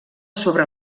sobre